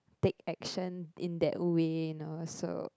take action in that way know so